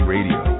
Radio